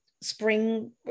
spring